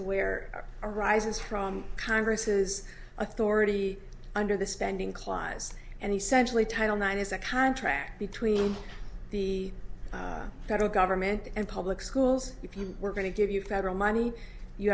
aware arises from congress authority under the spending kleis and he centrally title nine is a contract between the federal government and public schools if you were going to give you federal money you